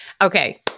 Okay